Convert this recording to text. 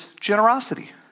generosity